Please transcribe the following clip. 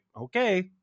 okay